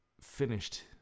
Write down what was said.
finished